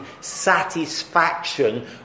satisfaction